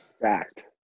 Fact